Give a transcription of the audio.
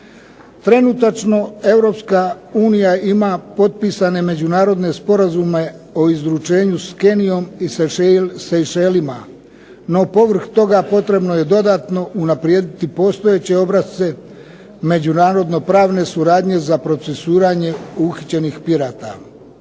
unija ima potpisane međunarodne sporazume o izručenju s Kenijom i Sejšelima. No, povrh toga potrebno je dodatno unaprijediti postojeće obrasce međunarodno-pravne suradnje za procesuiranje uhićenih pirata.